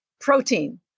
protein